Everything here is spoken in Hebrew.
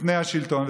מפני השלטון.